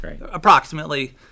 approximately